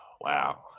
Wow